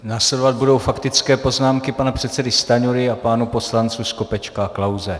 Následovat budou faktické poznámky pana předsedy Stanjury a pánů poslanců Skopečka a Klause.